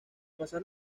pasar